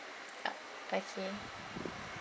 yup okay